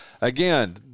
Again